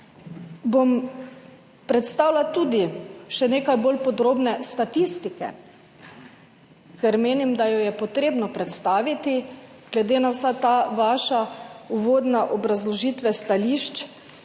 bom predstavila še nekaj bolj podrobne statistike, ker menim, da jo je potrebno predstaviti glede na vse te vaše uvodne obrazložitve stališč